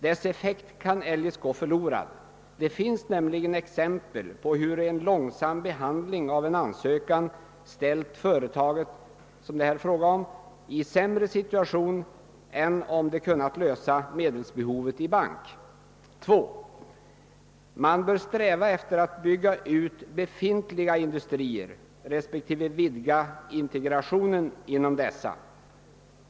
Dess effekt kan eljest gå förlorad. Det finns exempel på hurusom en långsam behandling av en ansökan ställt företaget i fråga i en sämre situation än om medelsbehovet hade kunnat lösas i en bank. 2. Man bör sträva efter att bygga ut befintliga industrier respektive vidga integrationen inom dessa.